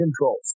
controls